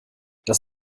das